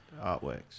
artworks